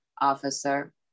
officer